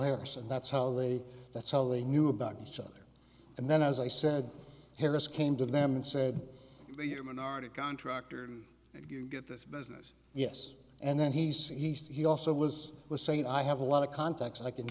harris and that's how they that's how they knew about each other and then as i said harris came to them and said are you minority contractors if you get this business yes and then he said he also was was saying i have a lot of contacts i can